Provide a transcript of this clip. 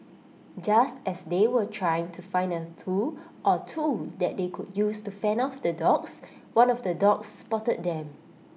just as they were trying to find A tool or two that they could use to fend off the dogs one of the dogs spotted them